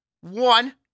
One